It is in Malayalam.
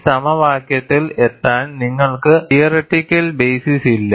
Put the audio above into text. ഈ സമവാക്യത്തിൽ എത്താൻ നിങ്ങൾക്ക് തിയോറേറ്റിക്കൽ ബെയിസിസ് ഇല്ല